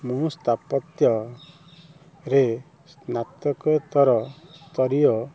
ମୁଁ ସ୍ଥାପତ୍ୟରେ ସ୍ନାତକୋତ୍ତର ସ୍ତରୀୟ